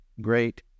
great